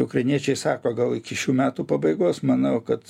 ukrainiečiai sako gal iki šių metų pabaigos manau kad